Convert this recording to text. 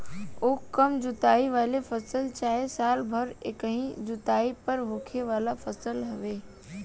उख कम जुताई वाला फसल चाहे साल भर एकही जुताई पर होखे वाला फसल हवे